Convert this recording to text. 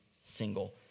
single